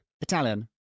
Italian